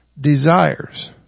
desires